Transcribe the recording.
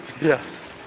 Yes